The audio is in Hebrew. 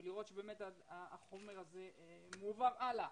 כדי לראות שהחומר הזה יועבר הלאה.